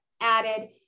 added